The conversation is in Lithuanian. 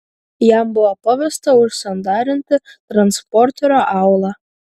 jam buvo pavesta užsandarinti transporterio aulą